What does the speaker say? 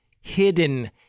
hidden